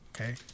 okay